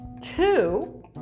Two